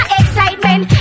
excitement